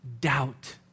doubt